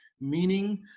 meaning